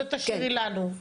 את זה תשאירי לנו.